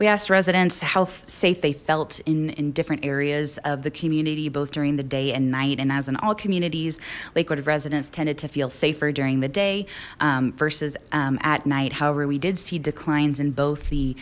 we asked residents health safe they felt in in different areas of the community both during the day and night and as in all communities lakewood of residents tended to feel safer during the day versus at night however we did see declines in both the